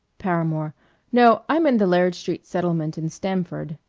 paramore no, i'm in the laird street settlement in stamford.